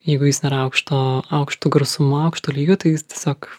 jeigu jis nėra aukšto aukšto garsumo aukšto lygio tai jis tiesiog